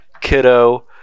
kiddo